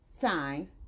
signs